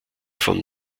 vom